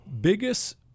Biggest